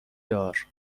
دار